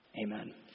Amen